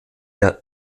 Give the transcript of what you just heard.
der